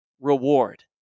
reward